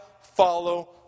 follow